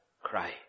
cry